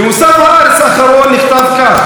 במוסף הארץ האחרון נכתב כך.